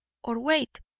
or, wait!